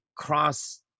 Cross